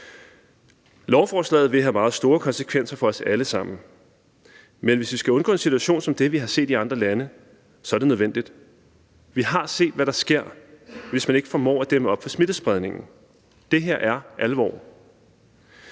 Lovforslaget vil have meget store konsekvenser for os alle sammen, men hvis vi skal undgå en situation som den, vi har set i andre lande, er det nødvendigt. Vi har set, hvad der sker, hvis man ikke formår at dæmme op for smittespredningen. Det her er alvor.